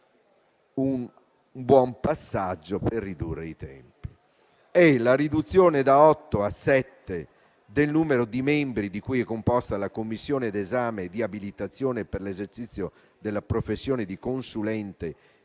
un buon passaggio per ridurre i tempi);